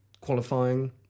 Qualifying